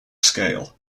scale